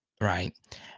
right